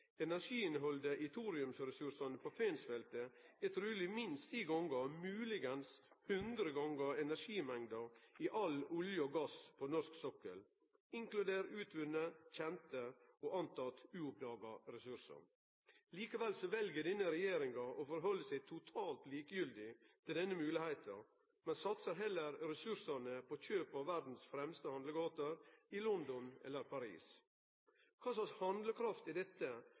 Energiinnhaldet i thoriumressursane på Fensfeltet er truleg minst 10 gonger, om mogleg 100 gonger energimengda i all olje og gass på norsk sokkel, inkludert utvunne, kjende og rekna med uoppdaga ressursar. Likevel vel denne regjeringa å halde seg totalt likegyldig til denne moglegheita, men satsar heller ressursane på kjøp av verdas fremste handlegater i London eller Paris. Kva slags handlekraft er dette,